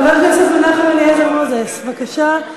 חבר הכנסת מנחם אליעזר מוזס, בבקשה.